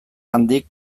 handik